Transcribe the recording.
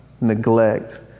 neglect